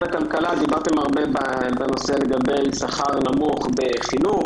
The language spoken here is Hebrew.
דיברתם על שכר נמוך בתחום החינוך,